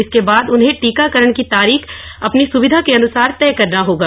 इसके बाद उन्हें टीकाकरण की तारीख अपनी सुविधा के अनुसार तय करना होगा